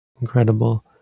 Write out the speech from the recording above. incredible